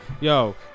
yo